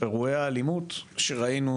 ואירועי האלימות שראינו,